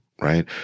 right